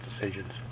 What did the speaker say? decisions